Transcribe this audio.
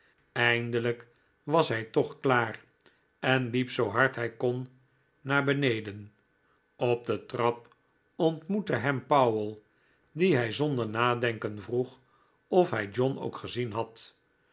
eindelijk was hij toch klaar en liep zoo hard hij kon naar beneden op de trap ontmoette hem powell dien hij zonder nadenken vroeg of hij john ook gezien had